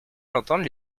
d’entendre